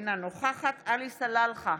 אינה נוכחת עלי סלאלחה,